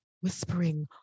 whispering